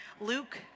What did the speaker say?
Luke